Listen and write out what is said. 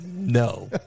No